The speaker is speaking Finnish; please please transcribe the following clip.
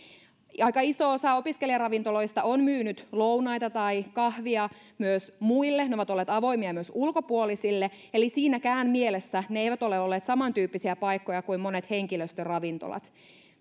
aika iso osa opiskelijaravintoloista on myynyt lounaita tai kahvia myös muille ne ovat olleet avoimia myös ulkopuolisille eli siinäkään mielessä ne eivät ole olleet samantyyppisiä paikkoja kuin monet henkilöstöravintolat